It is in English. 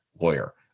lawyer